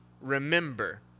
remember